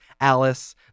Alice